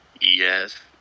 Yes